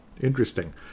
Interesting